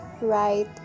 right